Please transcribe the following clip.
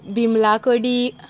बिमला कडी